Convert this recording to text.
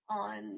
on